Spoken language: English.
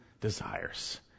desires